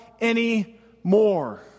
anymore